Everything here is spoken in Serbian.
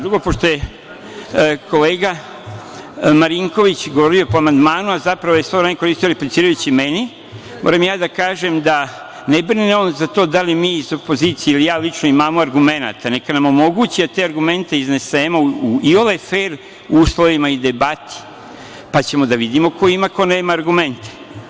Drugo, pošto je kolega Marinković govorio po amandmanu, a zapravo je svo vreme koristio replicirajući meni, moram i ja da kažem da ne brine on za to da li mi iz opozicije ili ja lično imamo argumenat, neka nam omoguće te argumente da iznesemo u iole fer uslovima i debati, pa ćemo da vidimo ko ima i ko nema argumente.